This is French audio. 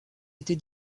été